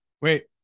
wait